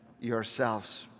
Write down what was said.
yourselves